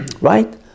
right